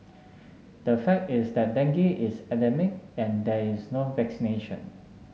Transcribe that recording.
the fact is that dengue is endemic and there is no vaccination